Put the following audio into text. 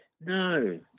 No